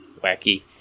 wacky